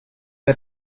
der